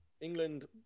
England